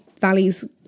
Valley's